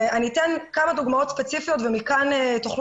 אני אתן כמה דוגמאות ספציפיות ומכאן תוכל